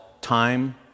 time